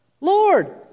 Lord